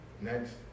Next